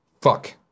Fuck